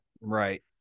Right